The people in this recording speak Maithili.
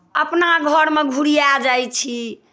अपना घरमे घुरिआ जाइ छी